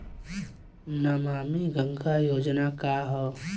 नमामि गंगा योजना का ह?